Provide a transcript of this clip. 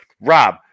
Rob